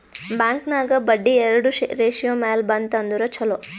bank ನಾಗ್ ಬಡ್ಡಿ ಎರಡು ratio ಮ್ಯಾಲ ಬಂತ್ ಅಂದುರ್ ಛಲೋ